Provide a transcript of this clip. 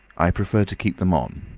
i prefer to keep them on,